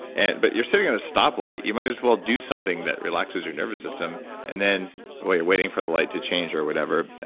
and but you're sitting at a stoplight, you might as well do something that relaxes your nervous system and then while you're waiting for the light to change or whatever,